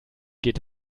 geht